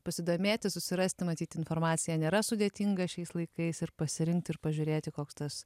pasidomėti susirasti matyt informaciją nėra sudėtinga šiais laikais ir pasirinkti ir pažiūrėti koks tas